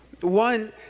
One